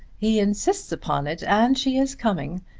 he insists upon it, and she is coming.